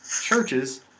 churches